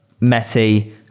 Messi